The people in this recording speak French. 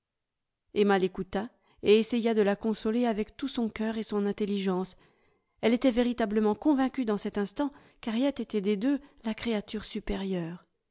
emma l'écouta et essaya de la consoler avec tout son cœur et son intelligence elle était véritablement convaincue dans cet instant qu'harriet était des deux la créature supérieure